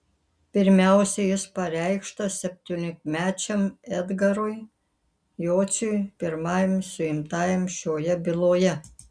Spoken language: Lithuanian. pirmiausiai jis pareikštas septyniolikmečiam edgarui jociui pirmajam suimtajam šioje byloje